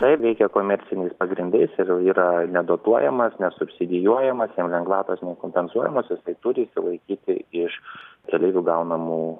taip veikia komerciniais pagrindais ir yra nedotuojamas nesubsidijuojamas jam lengvatos nekompensuojamos jisai turi išsilaikyti iš keleivių gaunamų